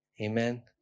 Amen